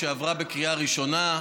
שעברה בקריאה ראשונה,